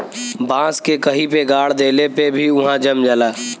बांस के कहीं पे गाड़ देले पे भी उहाँ जम जाला